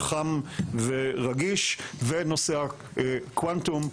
הצעיר, קידום המחקר המדעי ומצוינות המחקר המדעי,